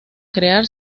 crear